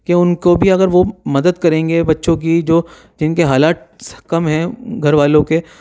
کہ ان کو بھی اگر وہ مدد کریں گے بچوں کی جو جن کے حالات کم ہیں گھر والوں کے